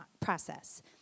process